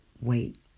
wait